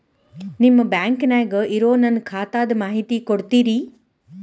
ನಿಮ್ಮ ಬ್ಯಾಂಕನ್ಯಾಗ ಇರೊ ನನ್ನ ಖಾತಾದ ಮಾಹಿತಿ ಕೊಡ್ತೇರಿ?